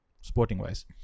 sporting-wise